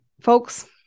folks